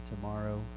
tomorrow